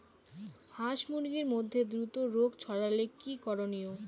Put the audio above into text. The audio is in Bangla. হাস মুরগির মধ্যে দ্রুত রোগ ছড়ালে কি করণীয়?